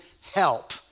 help